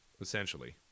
Essentially